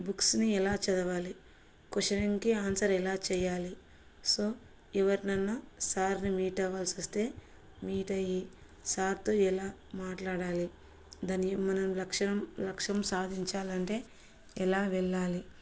బుక్స్ని ఎలా చదవాలి క్వశ్చన్కి ఆన్సర్ ఎలా చెయాలి సో ఎవరినైనా సార్ని మీట్ అవాల్సి వస్తే మీట్ అయ్యి సార్తో ఎలా మాట్లాడాలి దాన్ని మనం లక్షం లక్ష్యం సాధించాలంటే ఎలా వెళ్ళాలి